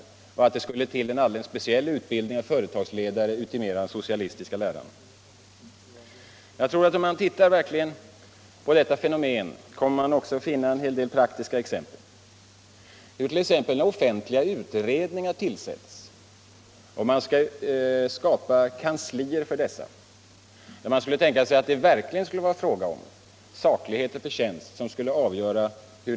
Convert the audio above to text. Man sade att det skulle till en alldeles speciell utbildning av företagsledare i den socialistiska läran. Man kan också finna en hel del praktiska exempel på detta fenomen. Ta t.ex. hur offentliga utredningars kansher tillsätts. Här borde verkligen skicklighet och förtjänst vara avgörande.